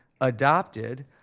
adopted